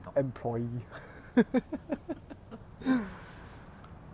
employee